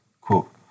Quote